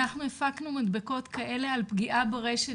אנחנו הפקנו מדבקות כאלה על פגיעה ברשת,